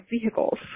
vehicles